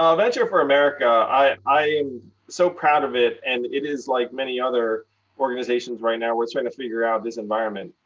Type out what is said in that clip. ah venture for america, i am so proud of it. and it is, like many other organizations right now, we're trying to figure out this environment.